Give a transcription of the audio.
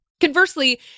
Conversely